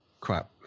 crap